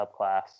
subclass